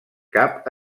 cap